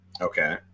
Okay